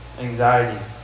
anxiety